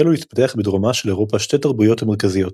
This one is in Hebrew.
החלו להתפתח בדרומה של אירופה שתי תרבויות מרכזיות,